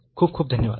खूप खूप धन्यवाद